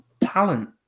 talent